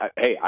hey